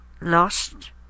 lost